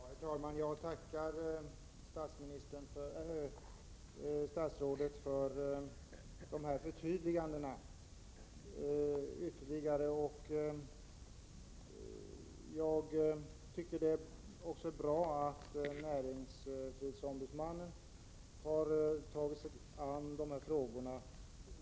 Herr talman! Jag tackar statsrådet för dessa ytterligare förtydliganden. Jag tycker att det är bra att också näringsfrihetsombudsmannen har tagit sig an dessa frågor.